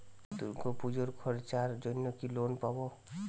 দূর্গাপুজোর খরচার জন্য কি লোন পাব?